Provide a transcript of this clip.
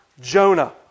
Jonah